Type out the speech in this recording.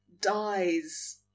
dies